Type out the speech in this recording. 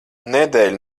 nedēļu